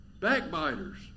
backbiters